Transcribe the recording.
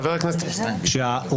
חבר הכנסת יצחק קרויזר, בבקשה.